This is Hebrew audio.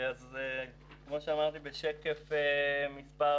שקף מס'